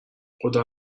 خدا